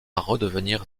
redevenir